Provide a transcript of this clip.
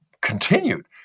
continued